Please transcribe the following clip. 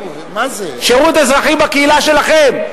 שירות אזרחי בקהילה שלכם.